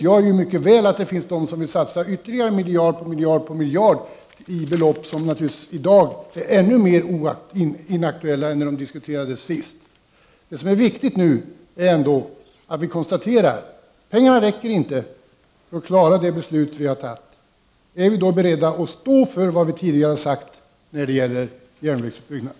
Jag vet mycket väl att det finns de som vill satsa ytterligare miljard på miljard, belopp som naturligtvis i dag är än mindre aktuella än då de senast diskuterades. Det viktiga nu är ändå att konstatera att pengarna inte räcker för att fullfölja det beslut som vi har fattat. Är vi då beredda att stå för vad vi tidigare har sagt när det gäller järnvägsutbyggnaden?